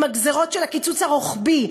עם הגזירות של הקיצוץ הרוחבי,